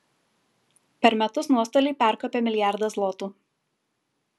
per metus nuostoliai perkopia milijardą zlotų